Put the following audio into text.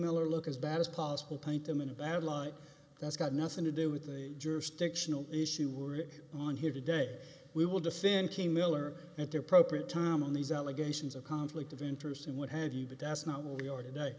miller look as bad as possible paint them in a bad light that's got nothing to do with the jurisdictional issue we're on here today we will defend king miller at the appropriate time on these allegations of conflict of interest and what have you but that's not where we are today